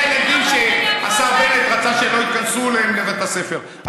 זה הילדים שהשר בנט רצה שלא ייכנסו אליהם לבית הספר,